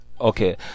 okay